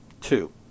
Two